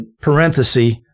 parenthesis